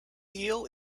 eel